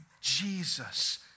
Jesus